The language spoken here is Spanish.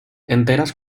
enteras